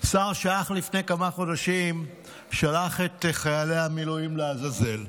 שר שאך לפני כמה חודשים שלח את חיילי המילואים לעזאזל,